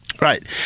Right